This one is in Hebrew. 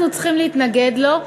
אנחנו צריכים להתנגד לו,